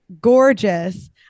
gorgeous